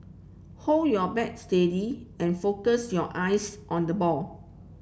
hold your bat steady and focus your eyes on the ball